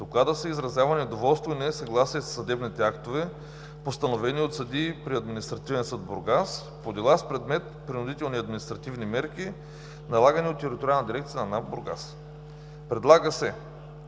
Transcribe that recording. доклада се изразява недоволство и несъгласие със съдебните актове, постановени от съдии при Административен съд – Бургас, по дела с предмет принудителни административни мерки, налагани от Териториална дирекция на НАП – Бургас. Предлага се